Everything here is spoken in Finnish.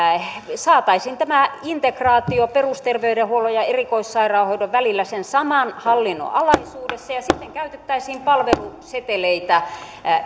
saataisiin tämä integraatio perusterveydenhuollon ja erikoissairaanhoidon välillä sen saman hallinnon alaisuudessa ja sitten käytettäisiin palveluseteleitä